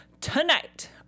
tonight